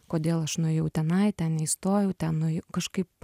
kodėl aš nuėjau tenai ten neįstojau ten nuė kažkaip